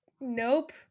nope